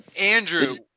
Andrew